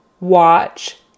watch